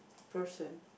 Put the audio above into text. person